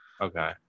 Okay